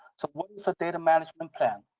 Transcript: so what is a data management plan?